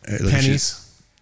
pennies